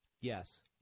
Yes